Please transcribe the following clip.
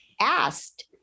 asked